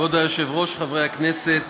כבוד היושב-ראש, חברי הכנסת,